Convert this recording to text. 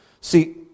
See